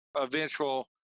eventual